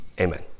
Amen